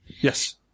Yes